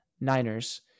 Niners